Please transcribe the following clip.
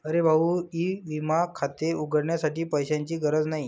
अरे भाऊ ई विमा खाते उघडण्यासाठी पैशांची गरज नाही